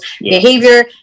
behavior